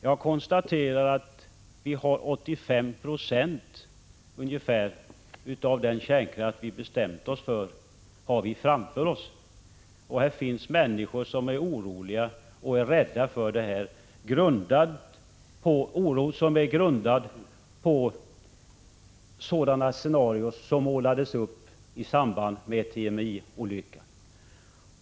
Jag konstaterade att vi har ungefär 85 96 av den kärnkraft som vi bestämt oss för framför oss och att det finns människor som är oroliga och rädda för detta, en oro som är grundad på sådana scenarion som målats upp i samband med TMI-olyckan.